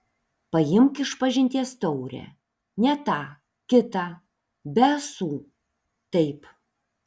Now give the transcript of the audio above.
paimk išpažinties taurę ne tą kitą be ąsų taip